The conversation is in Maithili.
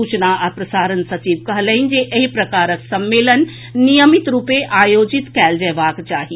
सूचना आ प्रसारण सचिव कहलनि जे एहि प्रकारक सम्मेलन नियमित रूपे आयोजित कयल जयबाक चाही